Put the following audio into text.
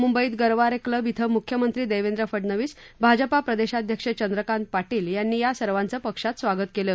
मुंबईत गरवारे क्लब इथं मुख्यमंत्री देवेंद्र फडनवीस भाजपा प्रदेशाध्यक्ष चंद्रकांत पार्शिल यांनी या सर्वांचं पक्षात स्वागत केलं